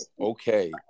Okay